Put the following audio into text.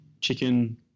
chicken